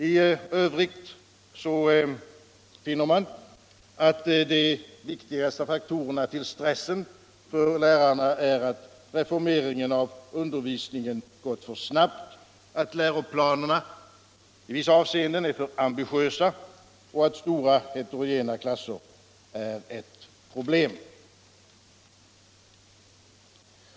I övrigt finner man att de viktigaste orsakerna till lärarstressen är att reformeringen av undervisningen har gått för snabbt, att läroplanerna i vissa avseenden är för ambitiösa och att stora heterogena klasser är ett problem.